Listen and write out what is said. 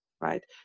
right